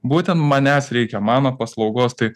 būtent manęs reikia mano paslaugos tai